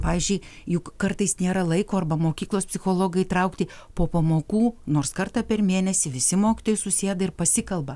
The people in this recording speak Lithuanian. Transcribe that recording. pavyzdžiui juk kartais nėra laiko arba mokyklos psichologą įtraukti po pamokų nors kartą per mėnesį visi mokytojai susėda ir pasikalba